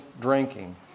drinking